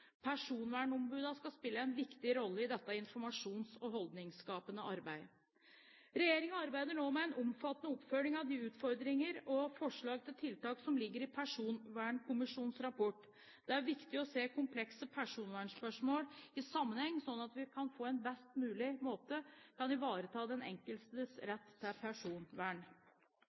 Personvernombudene skal spille en viktig rolle i dette informasjons- og holdningsskapende arbeidet. Regjeringen arbeider nå med en omfattende oppfølging av de utfordringer og forslag til tiltak som ligger i Personvernkommisjonens rapport. Det er viktig å se komplekse personvernspørsmål i sammenheng, slik at vi på best mulig måte kan ivareta den enkeltes rett til personvern.